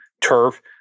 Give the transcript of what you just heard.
turf